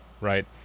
right